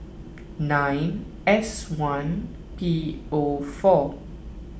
nine S one P O four